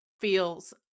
feels